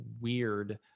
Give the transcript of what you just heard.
weird